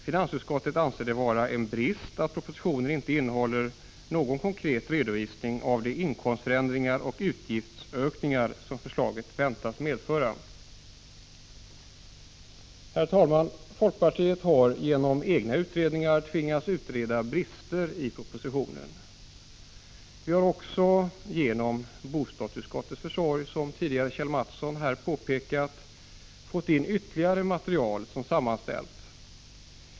Finansutskottet anser det vara en brist att propositionen inte innehåller någon konkret redovisning av de inkomstförändringar och utgiftsökningar som förslaget väntas medföra. Herr talman! Folkpartiet har tvingats göra en egen utredning av bristerna i propositionen. Genom bostadsutskottets försorg har ytterligare material sammanställts, som tidigare Kjell Mattsson påpekade.